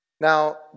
Now